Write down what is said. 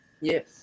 Yes